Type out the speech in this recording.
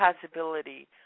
possibility